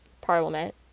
parliament